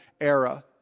era